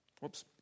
whoops